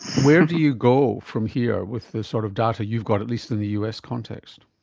where do you go from here with the sort of data you've got, at least in the us context?